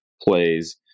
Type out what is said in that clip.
plays